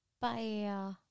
Bye